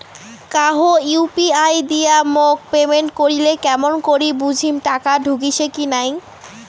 কাহো ইউ.পি.আই দিয়া মোক পেমেন্ট করিলে কেমন করি বুঝিম টাকা ঢুকিসে কি নাই?